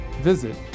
visit